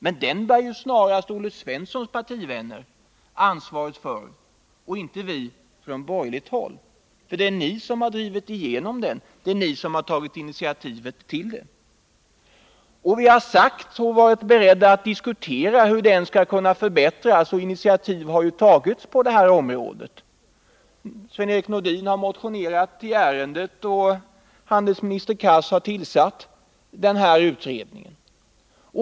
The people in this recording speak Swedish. Men den bär snarast Olle Svenssons partivänner ansvaret för och inte vi från borgerligt håll. Det är ni som har drivit igenom den, det är ni som har tagit initiativ till den. Vi har varit beredda att diskutera hur den skulle kunna förbättras, och initiativ har tagits på detta område. Sven-Erik Nordin har motionerat i ärendet, och förre handelsministern Hadar Cars har tillsatt utredningen.